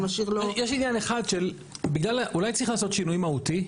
יש עניין אחד, אולי צריך לעשות שינוי מהותי?